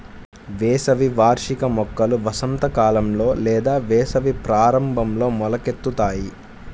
వేసవి వార్షిక మొక్కలు వసంతకాలంలో లేదా వేసవి ప్రారంభంలో మొలకెత్తుతాయి